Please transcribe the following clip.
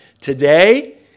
today